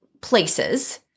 places